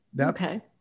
Okay